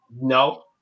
No